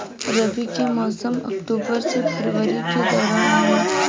रबी के मौसम अक्टूबर से फरवरी के दौरान होला